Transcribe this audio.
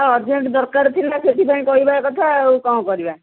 urgent ଦରକାର ଥିଲା ସେଥିପାଇଁ କହିବା କଥା ଆଉ କ'ଣ କରିବା